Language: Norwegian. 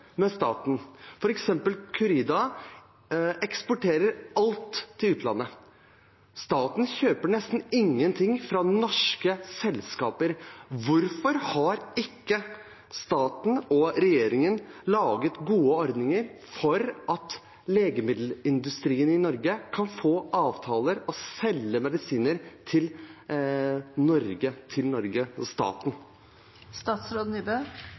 eksporterer alt til utlandet. Staten kjøper nesten ingenting fra norske selskaper. Hvorfor har ikke staten og regjeringen laget gode ordninger for at legemiddelindustrien i Norge kan få avtaler og selge medisiner til Norge, til